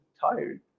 tired